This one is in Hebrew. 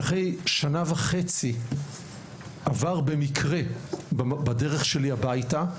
שאחרי שנה וחצי עבר במקרה בדרך שלי הביתה,